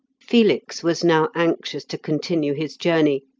felix was now anxious to continue his journey,